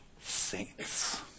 Saints